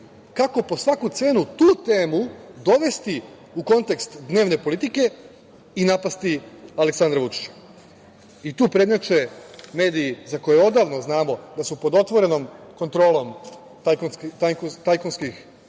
kako po svaku cenu tu temu dovesti u kontekst dnevne politike i napasti Aleksandra Vučića. Tu prednjače mediji za koje odavno znamo da su pod otvorenom kontrolom tajkunskih